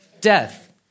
death